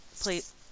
please